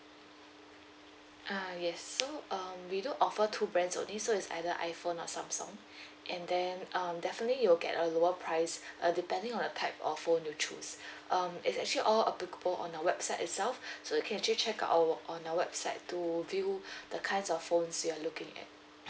ah yes so um we do offer two brands only so it's either iphone or samsung and then um definitely you will get a lower price uh depending on the type of phone you choose um is actually all applicable on our website itself so you can actually check our on our website to view the kinds of phones you are looking at